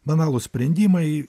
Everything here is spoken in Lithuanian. banalūs sprendimai